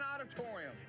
Auditorium